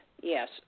yes